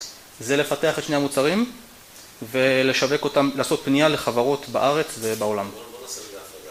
זה לפתח את שני המוצרים ולשווק אותם, לעשות פנייה לחברות בארץ ובעולם.בוא נעשה רגע הפרדה